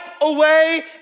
away